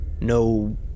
no